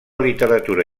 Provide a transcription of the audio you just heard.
literatura